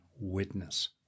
witness